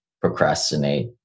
procrastinate